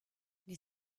les